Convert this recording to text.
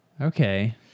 Okay